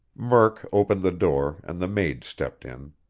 murk opened the door, and the maid stepped in.